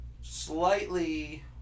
slightly